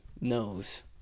knows